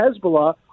Hezbollah